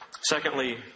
Secondly